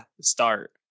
start